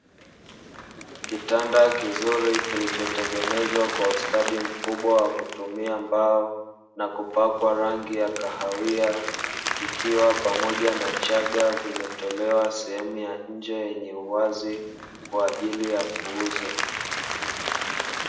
Kitanda kizuri kilichotengenezwa kwa ustadi mkubwa wa kutumia mbao na kupakwa rangi ya kahawia, kikiwa pamoja na chaga zimetolewa sehemu ya nje yenye uwazi kwa ajili ya kuuzwa.